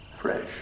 fresh